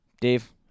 Dave